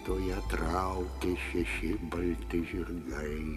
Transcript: o ją traukė šeši balti žirgai